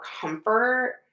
comfort